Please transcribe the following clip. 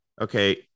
okay